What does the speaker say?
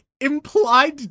implied